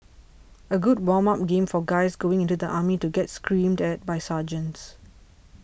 a good warm up game for guys going into the army to get screamed at by sergeants